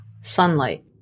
sunlight